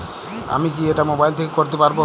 আমি কি এটা মোবাইল থেকে করতে পারবো?